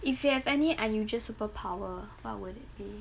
if you have any unusual superpower what would it be